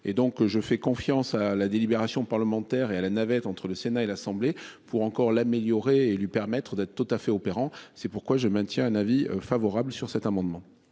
je fais confiance à la délibération parlementaire et à la navette entre le Sénat et l'Assemblée pour encore l'améliorer et lui permettre d'être tout à fait opérant. C'est pourquoi je maintiens, un avis favorable sur cet amendement.